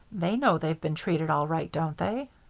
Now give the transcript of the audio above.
they know they've been treated all right, don't they?